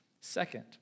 Second